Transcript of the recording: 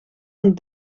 een